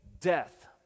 death